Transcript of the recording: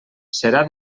serà